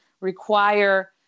require